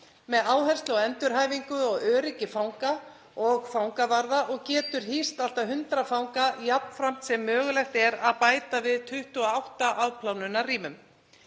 með áherslu á endurhæfingu og öryggi fanga og fangavarða og getur hýst allt að 100 fanga jafnframt sem mögulegt er að bæta við 28 afplánunarrýmum,